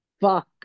fuck